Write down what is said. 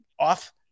off